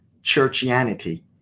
churchianity